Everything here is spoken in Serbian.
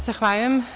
Zahvaljujem.